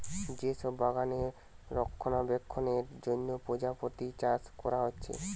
যে সব বাগানে রক্ষণাবেক্ষণের জন্যে প্রজাপতি চাষ কোরা হচ্ছে